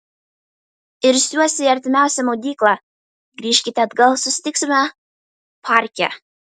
irsiuosi į artimiausią maudyklą grįžkite atgal susitiksime parke